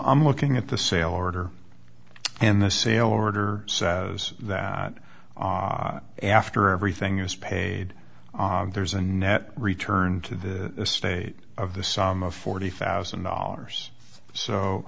i'm looking at the sale order and the sale order says that after everything is paid there's a net return to the estate of the sum of forty thousand dollars so